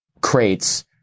crates